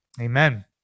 Amen